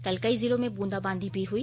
कल कई जिलों में बुंदा बांदी भी हुई